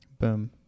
Boom